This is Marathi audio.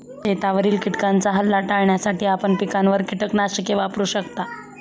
शेतावरील किटकांचा हल्ला टाळण्यासाठी आपण पिकांवर कीटकनाशके वापरू शकता